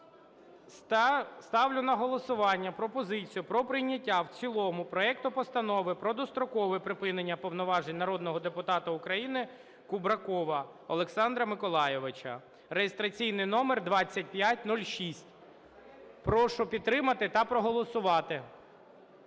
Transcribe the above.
Ставлю на голосування пропозицію про прийняття в цілому проекту постанову про дострокове припинення повноважень народного депутата України Кубракова Олександра Миколайовича (реєстраційний номер 2506). Прошу підтримати та проголосувати.